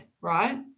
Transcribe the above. right